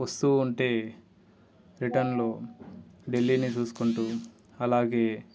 వస్తు ఉంటే రిటర్న్లో ఢిల్లీని చూసుకుంటు అలాగే